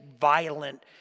violent